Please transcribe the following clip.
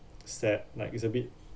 sad like it's a bit